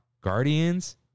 Guardians